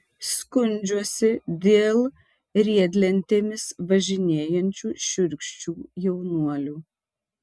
skundžiuosi dėl riedlentėmis važinėjančių šiurkščių jaunuolių